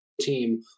team